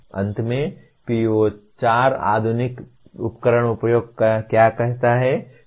अंत में PO4 आधुनिक उपकरण उपयोग क्या कहता है